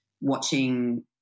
watching